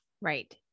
Right